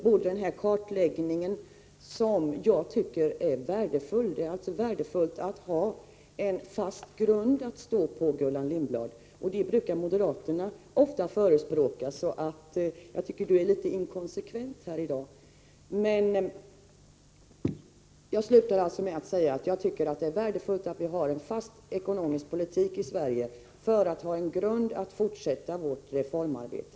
Jag tycker att denna kartläggning är värdefull. Det är värdefullt att ha en fast grund att stå på, Gullan Lindblad, och det brukar moderaterna ofta förespråka. Jag tycker därför att Gullan Lindblad är litet inkonsekvent i dag. Jag slutar alltså med att säga att jag tycker att det är värdefullt att vi har en fast ekonomisk politik i Sverige, så att vi har en grund att stå på när vi fortsätter vårt reformarbete.